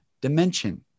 dimension